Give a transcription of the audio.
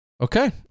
Okay